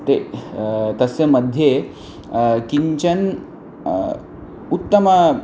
ते तस्य मध्ये काचन उत्तमा